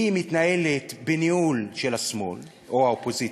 והיא מתנהלת בניהול של השמאל או האופוזיציה,